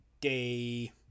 day